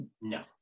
No